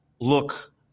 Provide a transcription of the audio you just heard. look